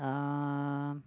uh